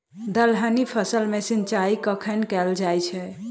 दलहनी फसल मे सिंचाई कखन कैल जाय छै?